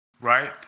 Right